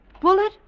Bullet